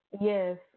Yes